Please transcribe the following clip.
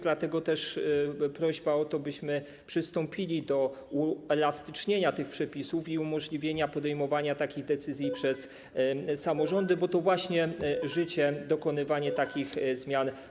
Dlatego też prośba o to, byśmy przystąpili do uelastycznienia tych przepisów i umożliwienia podejmowania takich decyzji przez samorządy, bo to właśnie życie wymusza dokonywanie takich zmian.